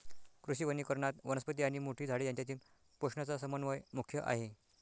कृषी वनीकरणात, वनस्पती आणि मोठी झाडे यांच्यातील पोषणाचा समन्वय मुख्य आहे